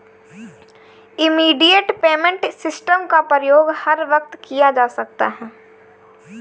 immediate payment system का प्रयोग हर वक्त किया जा सकता है